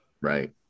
right